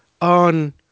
on